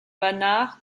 banach